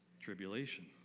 Tribulation